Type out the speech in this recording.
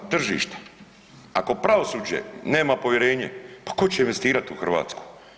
Tržište, ako pravosuđe nema povjerenje, pa tko će investirat u Hrvatsku?